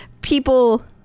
people